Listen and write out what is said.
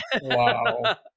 wow